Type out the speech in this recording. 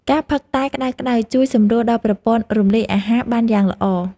ការផឹកតែក្តៅៗជួយសម្រួលដល់ប្រព័ន្ធរំលាយអាហារបានយ៉ាងល្អ។